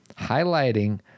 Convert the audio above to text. Highlighting